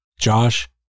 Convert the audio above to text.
Josh